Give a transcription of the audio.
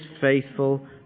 faithful